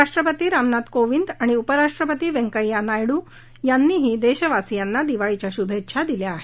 राष्ट्रपती रामनाथ कोविंद आणि उपराष्ट्रपती व्यंकैय्या नायडू यांनीही देशवासीयांना दिवाळीच्या शुभेच्छा दिल्या आहेत